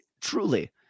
truly